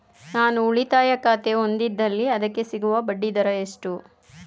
ನಾನು ಉಳಿತಾಯ ಖಾತೆ ಹೊಂದಿದ್ದಲ್ಲಿ ಅದಕ್ಕೆ ಸಿಗುವ ಬಡ್ಡಿ ದರ ಎಷ್ಟು?